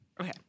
Okay